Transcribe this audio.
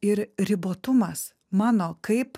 ir ribotumas mano kaip